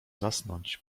zasnąć